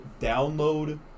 download